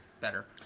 better